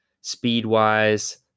speed-wise